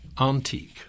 Antique